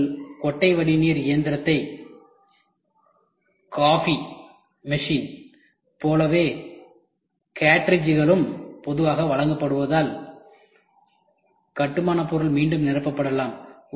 உங்கள் கொட்டை வடிநீர் இயந்திரத்தைப் போலவே கேற்றிட்ஜ்களிலும் பொதுவாக வழங்கப்படுவதால் கட்டுமானப் பொருள் மீண்டும் நிரப்பப்படலாம்